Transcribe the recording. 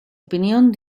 opinión